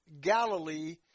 Galilee